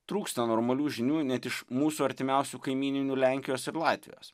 trūksta normalių žinių net iš mūsų artimiausių kaimyninių lenkijos ir latvijos